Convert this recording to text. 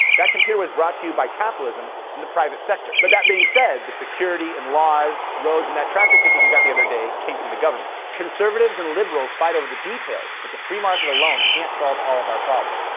that computer was brought to you by capitalism and the private sector. but that being said, the security and laws, roads, and that traffic ticket you got the other day came from the government. conservatives and liberals fight over the details, but the free market alone can't solve all of our problems.